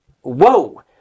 whoa